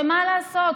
ומה לעשות,